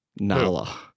Nala